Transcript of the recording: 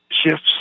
shifts